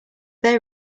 they